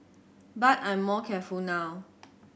but I'm more careful now